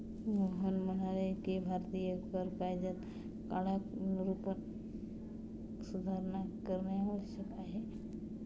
मोहन म्हणाले की भारतीय कर कायद्यात काळानुरूप सुधारणा करणे आवश्यक आहे